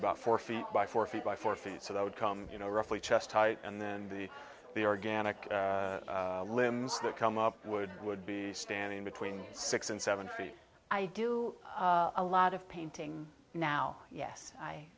about four feet by four feet by four feet so that would come you know roughly chest height and then the the organic limbs that come up would would be standing between six and seven feet i do a lot of pain ting now yes i